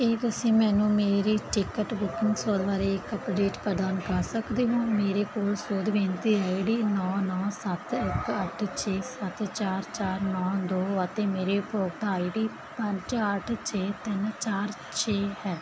ਕੀ ਤੁਸੀਂ ਮੈਨੂੰ ਮੇਰੀ ਟਿਕਟ ਬੁਕਿੰਗ ਸੋਧ ਬਾਰੇ ਇੱਕ ਅਪਡੇਟ ਪ੍ਰਦਾਨ ਕਰ ਸਕਦੇ ਹੋ ਮੇਰੇ ਕੋਲ ਸੋਧ ਬੇਨਤੀ ਆਈਡੀ ਨੌਂ ਨੌਂ ਸੱਤ ਇੱਕ ਅੱਠ ਛੇ ਸੱਤ ਚਾਰ ਚਾਰ ਨੌਂ ਦੋ ਅਤੇ ਮੇਰਾ ਉਪਭੋਗਤਾ ਆਈਡੀ ਪੰਜ ਅੱਠ ਛੇ ਤਿੰਨ ਚਾਰ ਛੇ ਹੈ